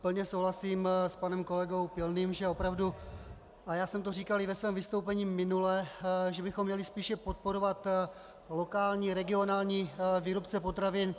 Plně souhlasím s panem kolegou Pilným, že opravdu, a říkal jsem to i ve svém vystoupení minule, bychom měli spíše podporovat lokální, regionální výrobce potravin.